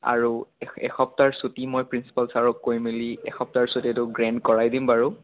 আৰু এ এসপ্তাহৰ ছুটী মই প্ৰিঞ্চিপাল ছাৰক কৈ মেলি এসপ্তাহৰ ছুটীটো গ্ৰেণ্ট কৰাই দিম বাৰু